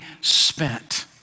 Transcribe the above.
spent